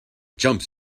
jumps